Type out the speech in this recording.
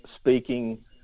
speaking